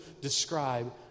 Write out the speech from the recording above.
describe